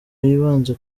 yibanze